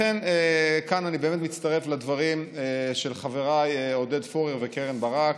לכן כאן אני מצטרף לדברים של חבריי עודד פורר וקרן ברק,